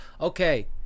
Okay